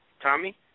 Tommy